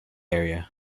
area